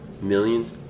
Millions